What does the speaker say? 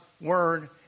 word